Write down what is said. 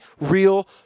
real